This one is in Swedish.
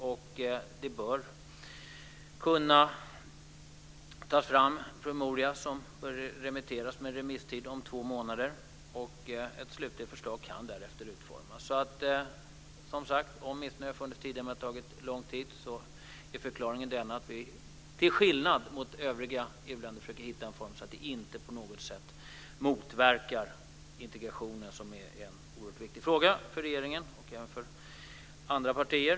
Det bör kunna tas fram en promemoria som bör remitteras med en remisstid på två månader. Ett slutligt förslag kan därefter utformas. Om missnöje har funnits tidigare med att det har tagit lång tid så är förklaringen den att vi, till skillnad från övriga EU-länder, försöker hitta en form så att det inte på något sätt motverkar integrationen. Det är en oerhört viktigt frågan för regeringen, och även för andra partier.